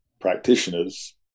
practitioners